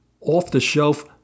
off-the-shelf